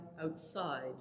outside